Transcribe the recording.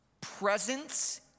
presence